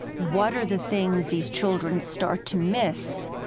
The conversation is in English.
what are the things these children start to miss